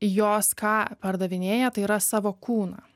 jos ką pardavinėja tai yra savo kūną